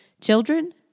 children